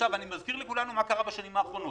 אני מזכיר לכולנו מה קרה בשנים האחרונות: